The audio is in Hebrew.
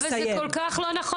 אבל זה כל כך לא נכון